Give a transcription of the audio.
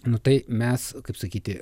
nu tai mes kaip sakyti